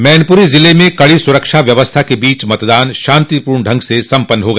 मैनपुरी जिले में कड़ी सुरक्षा व्यवस्था के बीच मतदान शांतिपूर्ण ढंग से सम्पन्न हो गया